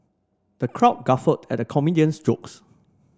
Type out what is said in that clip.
the crowd guffawed at the comedian's jokes